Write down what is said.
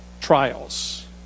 trials